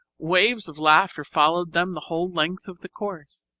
waves of laughter followed them the whole length of the course.